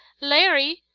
larry!